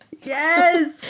Yes